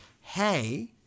hey—